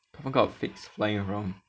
a lot of fakes lying around